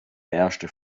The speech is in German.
erste